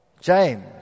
James